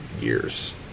years